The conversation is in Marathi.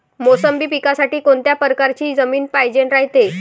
मोसंबी पिकासाठी कोनत्या परकारची जमीन पायजेन रायते?